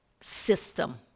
system